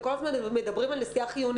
הם כל הזמן מדברים על נסיעה חיונית.